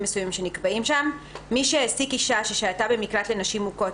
מסוימים שנקבעים שם "מי שהעסיק אישה ששהתה במקלט לנשים מוכות,